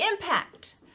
impact